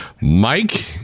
Mike